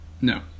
No